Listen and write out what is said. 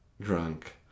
drunk